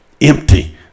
empty